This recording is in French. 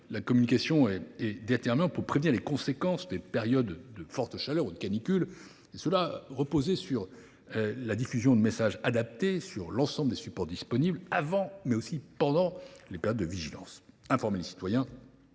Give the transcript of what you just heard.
la communication est déterminante pour prévenir les conséquences des périodes de forte chaleur ou de canicule. Elle doit reposer sur la diffusion de messages adaptés, sur l’ensemble des supports disponibles, avant, mais aussi pendant les épisodes de vigilance. Informer les citoyens